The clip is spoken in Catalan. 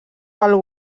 pel